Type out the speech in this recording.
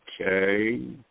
Okay